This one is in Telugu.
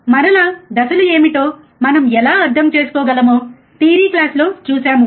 మరలా దశలు ఏమిటో మనం ఎలా అర్థం చేసుకోగలమో థియరీ క్లాస్లో చూశాము